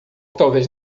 talvez